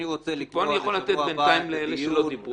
אני רוצה לקבוע בשבוע הבא את הדיון.